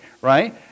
right